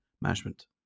Management